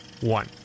one